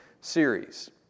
series